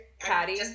Patty